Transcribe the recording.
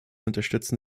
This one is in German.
unterstützen